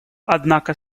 однако